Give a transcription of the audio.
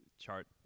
chart